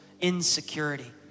Insecurity